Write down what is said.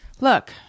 Look